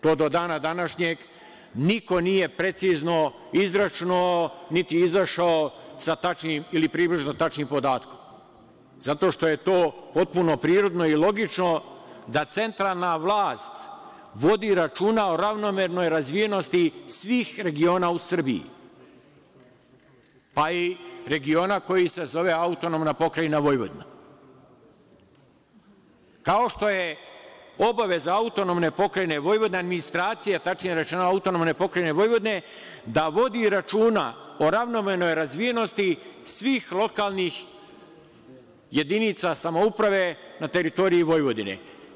To do dana današnjeg niko nije precizno izračunao, niti izašao sa tačnim, ili približno tačnim podatkom, zato što je to potpuno prirodno i logično da centralna vlast vodi računa o ravnomernoj razvijenosti svih regiona u Srbiji, pa i regiona koji se zove AP Vojvodina, kao što je obaveza AP Vojvodine, administracije, tačnije rečeno AP Vojvodine, da vodi računa o ravnomernoj razvijenosti svih lokalnih jedinica samouprave na teritoriji Vojvodine.